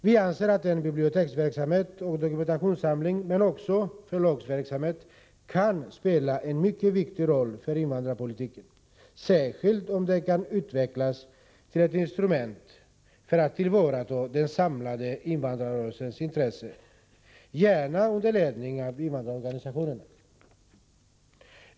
Vi anser att en biblioteksverksamhet och dokumentationssamling och också förlagsverksamhet kan spela en mycket viktig roll för invandrarpolitiken, särskilt om den kan utvecklas till ett instrument för att tillvarata den samlade invandrarrörelsens intresse. Detta kan gärna ske under ledning av invandrarorganisationerna.